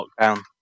lockdown